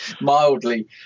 mildly